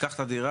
קח את הדירה,